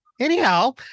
anyhow